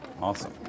Awesome